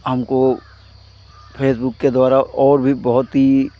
हमको फेसबुक के द्वारा और भी बहुत ही